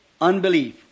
unbelief